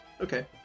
Okay